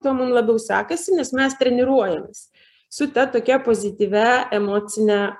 tuo mum labiau sekasi nes mes treniruojamės su ta tokia pozityvia emocine